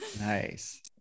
Nice